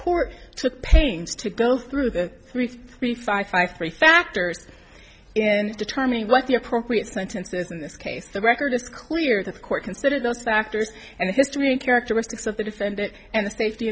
court took pains to go through the three three five five three factors and determine what the appropriate sentence is in this case the record is clear that the court considers those factors and the history in characteristics of the defendant and the safety